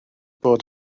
bod